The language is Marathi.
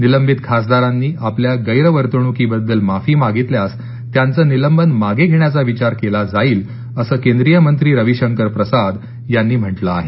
निलंबित खासदारांनी आपल्या गैरवर्तणूकीबद्दल माफी मागितल्यास त्यांचं निलंबन मागे घेण्याचा विचार केला जाईल असं केंद्रीय मंत्री रविशंकर प्रसाद यांनी म्हटलं आहे